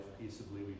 peaceably